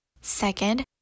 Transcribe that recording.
Second